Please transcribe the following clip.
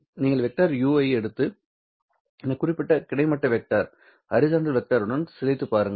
நீங்கள் vector 'u ஐ எடுத்து இந்த குறிப்பிட்ட கிடைமட்ட வெக்டர் உடன் சிதைத்துருப்பீர்கள்